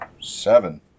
Seven